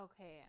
Okay